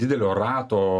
didelio rato